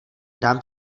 dám